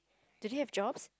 did he have jobs